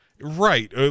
right